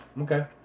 Okay